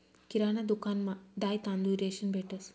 किराणा दुकानमा दाय, तांदूय, रेशन भेटंस